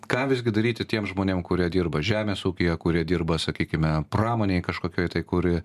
ką visgi daryti tiem žmonėm kurie dirba žemės ūkyje kurie dirba sakykime pramonėj kažkokioj tai kuri